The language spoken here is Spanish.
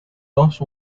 dos